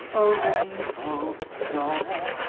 a rainbow! zahra,